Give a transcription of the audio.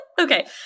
Okay